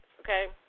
okay